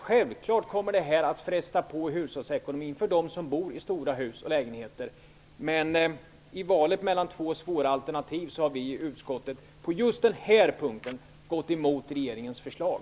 Självfallet kommer detta att fresta på hushållsekonomin för dem som bor i stora hus eller lägenheter. Men i valet mellan två svåra alternativ har vi i utskottet på just denna punkt gått emot regeringens förslag.